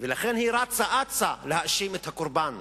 ולכן היא רצה אצה להאשים את הקורבן.